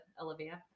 Olivia